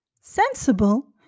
Sensible